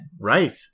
Right